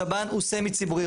השב"ן הוא סמי ציבורי.